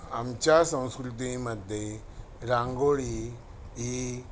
आमच्या संस्कृतीमध्ये रांगोळी ही